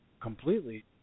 completely